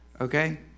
Okay